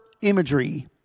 imagery